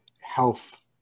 health